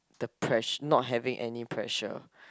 the press~ not having any pressure